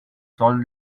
solved